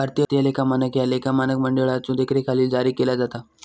भारतीय लेखा मानक ह्या लेखा मानक मंडळाच्यो देखरेखीखाली जारी केला जाता